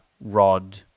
Rod